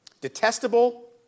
Detestable